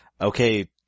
okay